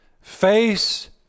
Face